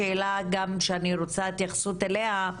השאלה שאני רוצה התייחסות אליה,